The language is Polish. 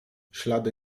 ślady